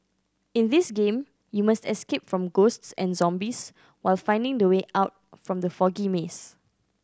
in this game you must escape from ghosts and zombies while finding the way out from the foggy maze